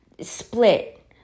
split